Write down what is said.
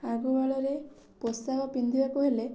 ଆଗକାଳରେ ପୋଷାକ ପିନ୍ଧିବାକୁ ହେଲେ